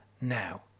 now